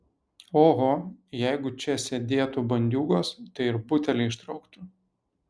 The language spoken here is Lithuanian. oho jeigu čia sėdėtų bandiūgos tai ir butelį ištrauktų